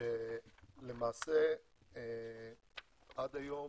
שלמעשה עד היום